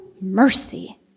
mercy